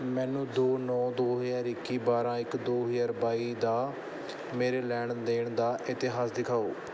ਮੈਨੂੰ ਦੋ ਨੌਂ ਦੋ ਹਜ਼ਾਰ ਇੱਕੀ ਬਾਰ੍ਹਾਂ ਇੱਕ ਦੋ ਹਜ਼ਾਰ ਬਾਈ ਦਾ ਮੇਰੇ ਲੈਣ ਦੇਣ ਦਾ ਇਤਿਹਾਸ ਦਿਖਾਓ